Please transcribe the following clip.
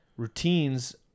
Routines